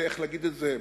איך להגיד את זה,